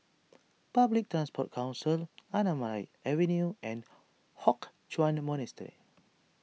Public Transport Council Anamalai Avenue and Hock Chuan Monastery